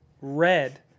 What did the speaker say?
Red